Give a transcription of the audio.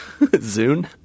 Zune